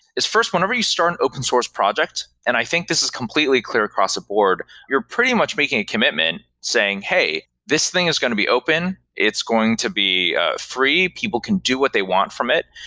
first, whenever you start and open source project, and i think this is completely clear across the board, you're pretty much making a commitment saying, hey, this thing is going to be open. it's going to be free. people can do what they want from it,